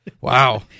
wow